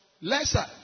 lesser